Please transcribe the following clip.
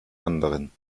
anderen